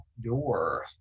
door